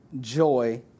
joy